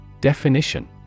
Definition